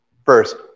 First